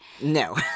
No